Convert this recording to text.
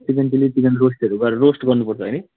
chicken chilli chicken रोस्टहरू गरेर roast गर्नुपर्छ है